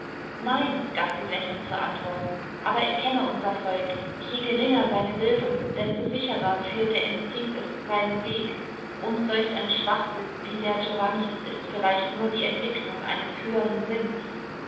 nein gab sie lächelnd zur antwort aber ich kenne unser volk je geringer seine bildung ist desto sicherer führt der instinkt es seinen weg und solch ein schwachsinn wie der giovannis ist vielleicht nur die entwicklung eines höheren sinns